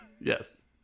Yes